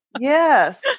Yes